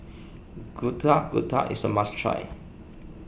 Getuk Getuk is a must try